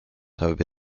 have